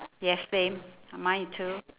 yes same mine too